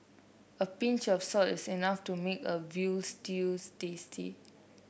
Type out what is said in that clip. a pinch of salt is enough to make a veal stews tasty